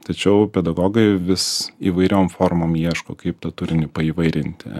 tačiau pedagogai vis įvairiom formom ieško kaip tą turinį paįvairinti